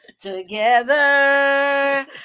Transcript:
together